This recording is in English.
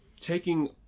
taking